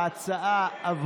ההצעה עברה.